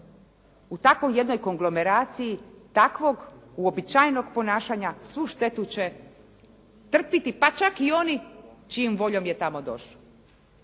u takvoj jednoj konglomeraciji, takvog uobičajenog ponašanja, su štetu će trpiti pa čak i oni čijom voljom je tamo došao.